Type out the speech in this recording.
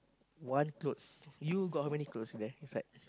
one clothes you got how many clothes there inside